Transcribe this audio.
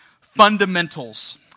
Fundamentals